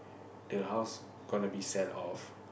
the house gotta be sell off